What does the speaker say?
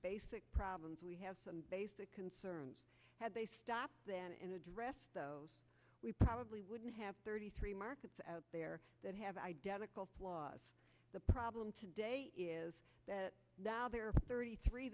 basic problems we have some basic concerns had they stopped and addressed those we probably wouldn't have thirty three markets out there that have identical flaws the problem today is that while there are thirty three